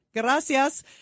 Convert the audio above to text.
gracias